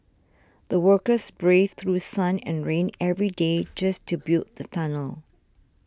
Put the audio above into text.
the workers braved through sun and rain every day just to build the tunnel